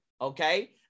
Okay